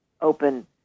open